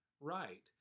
right